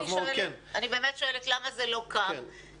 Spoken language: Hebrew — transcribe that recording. אני באמת שואלת למה זה לא קם?